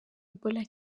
ebola